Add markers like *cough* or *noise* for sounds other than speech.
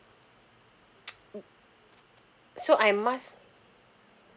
*noise* uh so I must